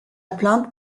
plainte